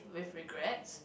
with regrets